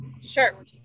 Sure